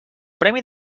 premi